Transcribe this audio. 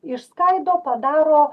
išskaido padaro